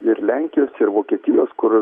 ir lenkijos ir vokietijos kur ir